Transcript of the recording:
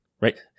Right